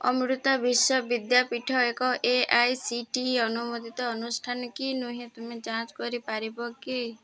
ଅମୃତା ବିଶ୍ୱ ବିଦ୍ୟାପୀଠ ଏକ A I C T E ଅନୁମୋଦିତ ଅନୁଷ୍ଠାନ କି ନୁହେଁ ତୁମେ ଯାଞ୍ଚ କରିପାରିବ କି